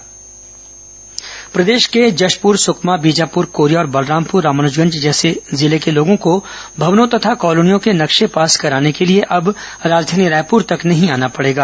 भवन लेआउट प्रदेश के जशपुर सुकमा बीजापुर कोरिया और बलरामपुर रामानुजगंज जैसे जिले के लोगों को भवनों तथा कालोनियों के नक्शे पास कराने के लिए अब राजधानी रायपूर तक नहीं आना पड़ेगा